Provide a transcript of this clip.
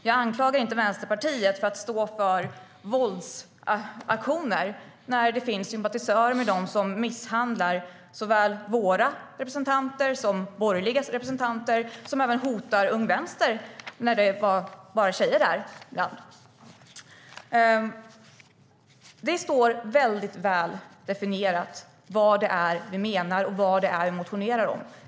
Jag anklagar inte Vänsterpartiet för att stå för våldsaktioner där sympatisörer har misshandlat såväl våra som borgerliga representanter och även hotat Ung vänster när det var bara tjejer där. Det står väl definierat vad vi menar och vad vi motionerar om.